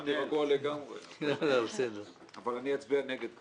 אני אצביע נגד,